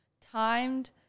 timed